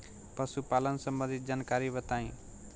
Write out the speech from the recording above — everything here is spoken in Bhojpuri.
पशुपालन सबंधी जानकारी बताई?